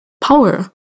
power